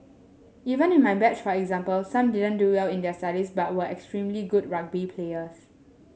even in my batch for example some didn't do well in their studies but were extremely good rugby players